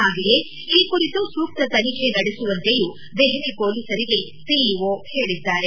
ಹಾಗೆಯೇ ಈ ಕುರಿತು ಸೂಕ್ತ ತನಿಖೆ ನಡೆಸುವಂತೆಯೂ ದೆಹಲಿ ಪೊಲೀಸರಿಗೆ ಸಿಇಒ ಹೇಳಿದ್ದಾರೆ